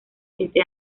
siete